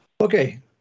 Okay